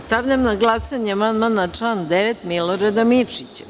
Stavljam na glasanje amandman na član 9. Milorada Mirčića.